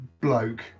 bloke